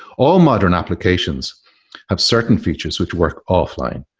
all modern applications have certain features which work offline,